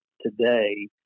today